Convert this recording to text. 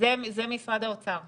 זה משרד האוצר.